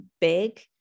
big